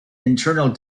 internal